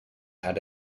had